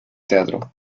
teatro